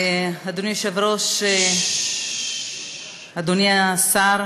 אדוני היושב-ראש, אדוני השר,